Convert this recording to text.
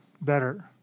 better